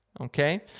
okay